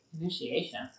Initiation